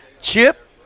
Chip